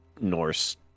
Norse